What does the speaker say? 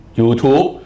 YouTube